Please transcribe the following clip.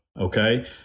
okay